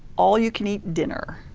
all you can eat dinner.